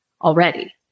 already